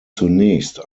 zunächst